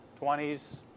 20s